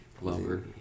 lover